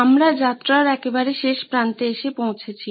আমরা যাত্রার একেবারে শেষ প্রান্তে এসে পৌঁছেছি